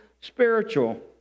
spiritual